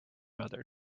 mother